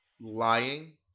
lying